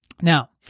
Now